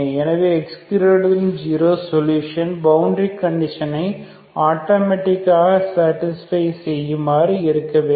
எனவே x0 solution boundary கண்டிஷனை ஆட்டோமேட்டிக்காக சேடிஸ்பை செய்யுமாறு இருக்க வேண்டும்